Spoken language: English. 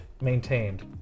maintained